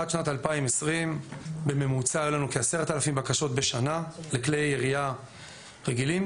עד שנת 2020 בממוצע היו לנו כ-10,000 בקשות בשנה לכלי ירייה רגילים.